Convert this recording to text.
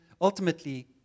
ultimately